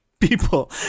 people